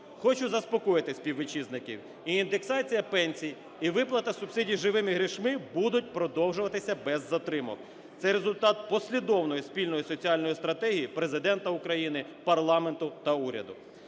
Хочу заспокоїти співвітчизників: і індексація пенсій, і виплата субсидій живими грішми будуть продовжуватися без затримок. Це результат послідовної спільної соціальної стратегії Президента України, парламенту та уряду.